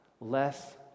less